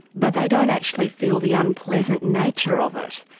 but they don't actually feel the unpleasant nature of it.